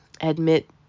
admit